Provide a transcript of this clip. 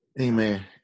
Amen